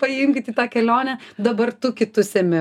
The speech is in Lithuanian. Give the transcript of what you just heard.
paimkit į tą kelionę dabar tu kitus ėmi